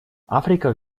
африка